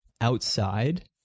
outside